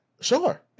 Sure